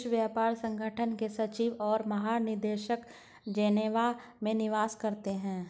विश्व व्यापार संगठन के सचिव और महानिदेशक जेनेवा में निवास करते हैं